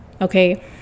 okay